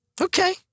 Okay